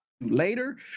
later